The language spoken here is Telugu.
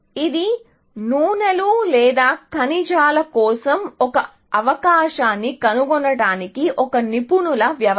ఇది నూనెలు లేదా ఖనిజాల కోసం ఒక అవకాశాన్ని కనుగొనటానికి ఒక నిపుణుల వ్యవస్థ